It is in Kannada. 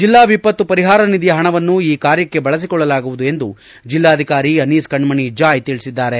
ಜಿಲ್ಲಾ ವಿಪತ್ತು ಪರಿಹಾರ ನಿಧಿಯ ಪಣವನ್ನು ಈ ಕಾರ್ಯಕ್ಷೆ ಬಳಸಿಕೊಳ್ಳಲಾಗುವುದು ಎಂದು ಜಿಲ್ಲಾಧಿಕಾರಿ ಅನೀಸ್ ಕಣ್ಣಣಿ ಜಾಯ್ ತಿಳಿಸಿದ್ದಾರೆ